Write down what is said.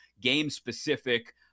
game-specific